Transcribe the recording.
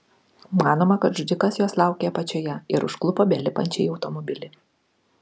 manoma kad žudikas jos laukė apačioje ir užklupo belipančią į automobilį